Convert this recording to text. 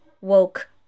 woke